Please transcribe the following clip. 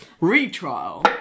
retrial